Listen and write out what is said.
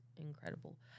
incredible